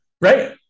Right